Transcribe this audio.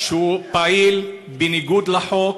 והוא פועל בניגוד לחוק.